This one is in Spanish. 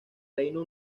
reino